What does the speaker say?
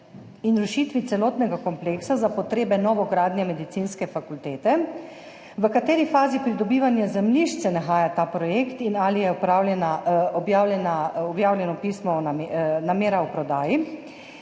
in rušitvi celotnega kompleksa za potrebe novogradnje medicinske fakultete? V kateri fazi pridobivanja zemljišč se nahaja ta projekt? Ali je objavljena namera o prodaji?